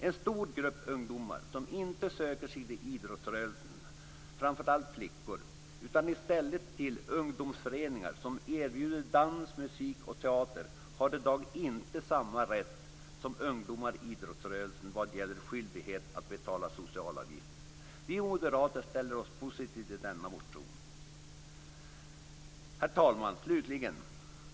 En stor grupp ungdomar som inte söker sig till idrottsrörelsen, framför allt flickor, utan som söker sig till ungdomsföreningar som erbjuder dans, musik och teater har i dag inte samma rätt som ungdomar inom idrottsrörelsen vad gäller föreningarnas skyldighet att betala socialavgifter. Vi moderater är positiva till denna motion. Herr talman!